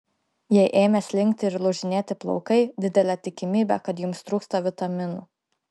jei ėmė slinkti ir lūžinėti plaukai didelė tikimybė kad jums trūksta vitaminų